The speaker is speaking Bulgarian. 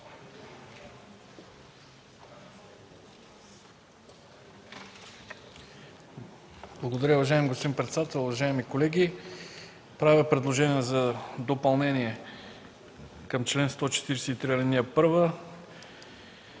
Благодаря, уважаеми господин председател. Уважаеми колеги, правя предложение за допълнение към чл. 143, ал. 1.